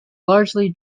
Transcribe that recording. largely